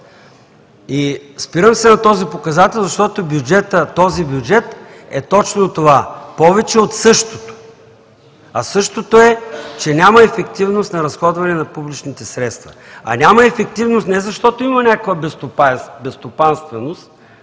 Спирам се на този показател, защото този бюджет е точно това – повече от същото, а същото е, че няма ефективност при разходване на публичните средства. А няма ефективност, не защото има някаква безстопанственост